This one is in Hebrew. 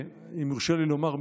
אם יורשה לי לומר,